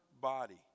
body